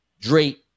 Drake